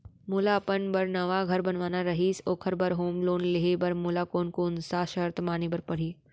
मोला अपन बर नवा घर बनवाना रहिस ओखर बर होम लोन लेहे बर मोला कोन कोन सा शर्त माने बर पड़ही?